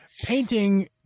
painting